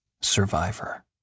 survivor